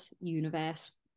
universe